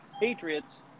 Patriots